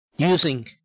using